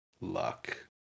Luck